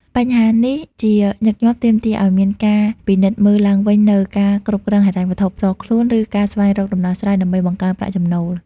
បញ្ហានេះជាញឹកញាប់ទាមទារឲ្យមានការពិនិត្យមើលឡើងវិញនូវការគ្រប់គ្រងហិរញ្ញវត្ថុផ្ទាល់ខ្លួន ឬការស្វែងរកដំណោះស្រាយដើម្បីបង្កើនប្រាក់ចំណូល។